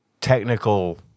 technical